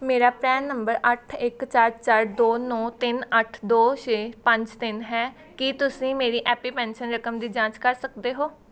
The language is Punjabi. ਮੇਰਾ ਪਰੈਂਨ ਨੰਬਰ ਅੱਠ ਇੱਕ ਚਾਰ ਚਾਰ ਦੋ ਨੌਂ ਤਿੰਨ ਅੱਠ ਦੋ ਛੇ ਪੰਜ ਤਿੰਨ ਹੈ ਕੀ ਤੁਸੀਂ ਮੇਰੀ ਐਪੀ ਪੈਨਸ਼ਨ ਰਕਮ ਦੀ ਜਾਂਚ ਕਰ ਸਕਦੇ ਹੋ